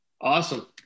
Awesome